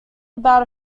about